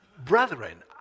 Brethren